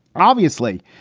obviously,